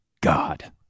God